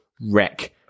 wreck